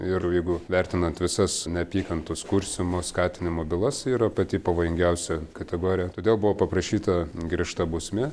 ir jeigu vertinant visas neapykantos kurstymo skatinimo bylas yra pati pavojingiausia kategorija todėl buvo paprašyta griežta bausmė